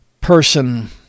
person